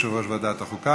יושב-ראש ועדת החוקה,